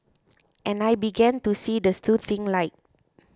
and I began to see the soothing light